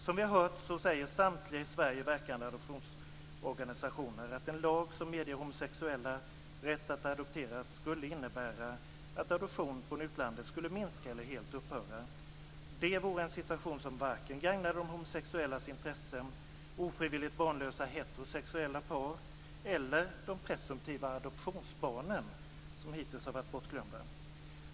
Som vi har hört säger samtliga i Sverige verkande adoptionsorganisationer att en lag som ger de homosexuella rätt att få adoptera skulle innebära att adoption från utlandet skulle minska eller helt upphöra. Det vore en situation som varken gagnade de homosexuellas intressen, ofrivilligt barnlösa, heterosexuella par eller de presumtiva adoptionsbarnen, som hittills har varit bortglömda.